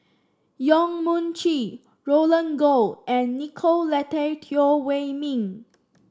Yong Mun Chee Roland Goh and Nicolette Teo Wei Min